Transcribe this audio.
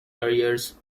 careers